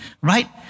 right